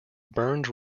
burned